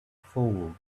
form